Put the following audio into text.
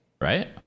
right